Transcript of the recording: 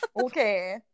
Okay